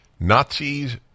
Nazis